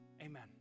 Amen